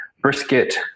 brisket